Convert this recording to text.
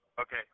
Okay